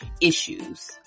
issues